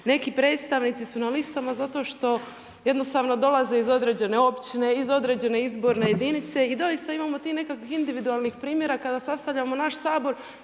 Neki predstavnici su na listama zato što jednostavno dolaze iz određene općine, iz određene izborne jedinice. I doista imamo tih nekakvih individualnih primjera kada sastavljamo naš Sabor,